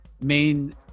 main